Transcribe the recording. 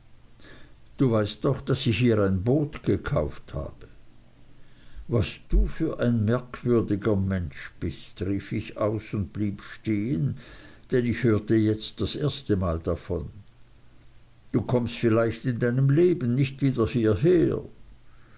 du weißt doch daß ich hier ein boot gekauft habe was du für ein merkwürdiger mensch bist rief ich aus und blieb stehen denn ich hörte jetzt das erstemal davon du kommst vielleicht in deinem leben nicht wieder